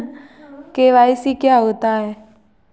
KYC क्या होता है?